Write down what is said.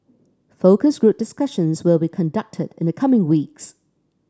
focus group discussions will be conducted in the coming weeks